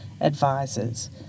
advisors